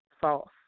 false